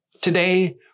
Today